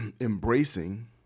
embracing